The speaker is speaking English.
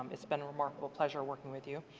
it's been a remarkable pleasure working with you.